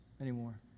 anymore